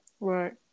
right